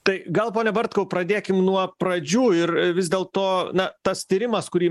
tai gal pone bartkau pradėkim nuo pradžių ir vis dėl to na tas tyrimas kurį